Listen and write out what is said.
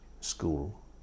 school